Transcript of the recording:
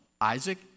Isaac